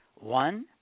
One